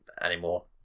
anymore